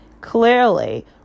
clearly